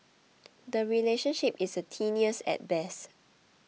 the relationship is a tenuous at best